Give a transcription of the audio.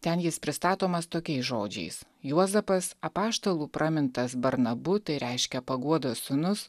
ten jis pristatomas tokiais žodžiais juozapas apaštalų pramintas barnabu tai reiškia paguodos sūnus